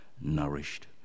nourished